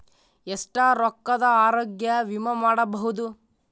ಎಷ್ಟ ರೊಕ್ಕದ ಆರೋಗ್ಯ ವಿಮಾ ಮಾಡಬಹುದು?